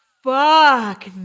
Fuck